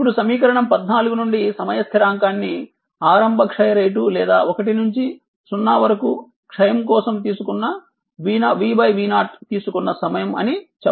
ఇప్పుడు సమీకరణం 14 నుండి సమయ స్థిరాంకాన్ని ఆరంభ క్షయ రేటు లేదా ఒకటి నుంచి 0 వరకు క్షయం కోసం vv0 తీసుకున్న సమయం అని చెప్పవచ్చు